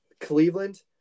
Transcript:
Cleveland